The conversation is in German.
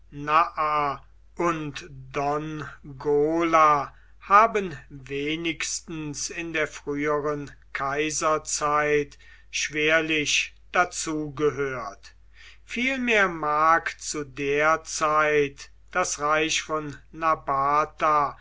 und dongola haben wenigstens in der früheren kaiserzeit schwerlich dazu gehört vielmehr mag zu der zeit das reich von nabata